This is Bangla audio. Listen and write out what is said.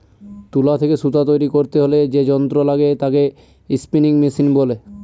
তুলা থেকে সুতা তৈরী করতে হলে যে যন্ত্র লাগে তাকে স্পিনিং মেশিন বলে